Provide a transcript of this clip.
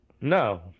No